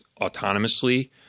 autonomously